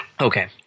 Okay